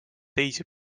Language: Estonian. teisi